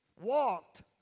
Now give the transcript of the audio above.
walked